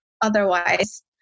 otherwise